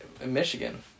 Michigan